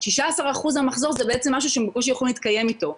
16% מהמחזור זה משהו שהם בקושי יכולים להתקיים ממנו.